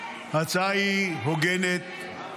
ההצעה היא הוגנת,